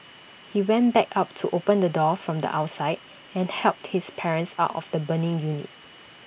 he went back up to open the door from the outside and helped his parents out of the burning unit